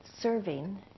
serving